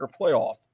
playoff